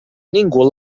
ningú